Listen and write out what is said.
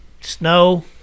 snow